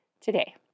today